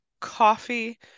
coffee